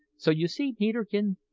so you see, peterkin,